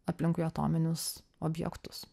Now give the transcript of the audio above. aplinkui atominius objektus